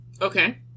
okay